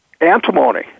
antimony